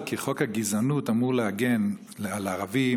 כי חוק הגזענות אמור להגן על ערבים,